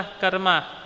karma